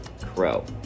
Crow